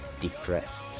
depressed